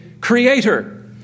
creator